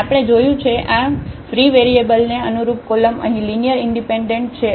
અને આપણે જોયું છે આ ફ્રી વેરીએબલને અનુરૂપ કોલમ અહીં લિનિયર ઇન્ડિપેન્ડન્ટ છે